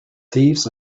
thieves